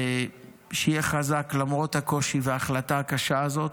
שיהיה חזק למרות הקושי וההחלטה הקשה הזאת,